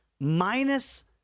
minus